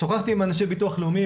שוחחתי עם אנשי ביטוח לאומי,